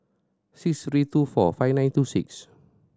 six three two four five nine two six